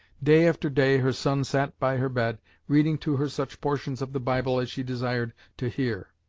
day after day her son sat by her bed reading to her such portions of the bible as she desired to hear.